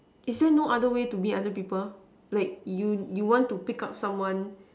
is there no other way to know other people like you want to pick up someone